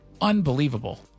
Unbelievable